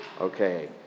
Okay